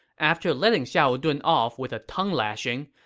after letting xiahou dun off with a tongue-lashing,